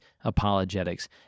apologetics